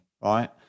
right